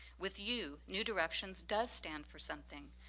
with you, new directions does stand for something.